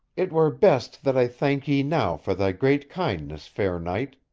it were best that i thanked ye now for thy great kindness, fair knight,